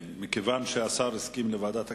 מכיוון שהשר הסכים לוועדת הכספים,